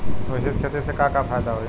मिश्रित खेती से का फायदा होई?